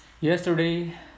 Yesterday